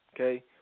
Okay